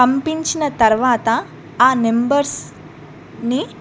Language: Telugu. పంపించిన తర్వాత ఆ నెంబర్స్ ని